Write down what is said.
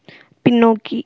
பின்னோக்கி